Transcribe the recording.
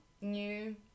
new